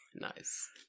Nice